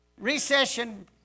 recession